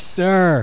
sir